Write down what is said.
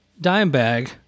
Dimebag